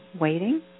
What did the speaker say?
waiting